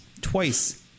twice